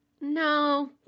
no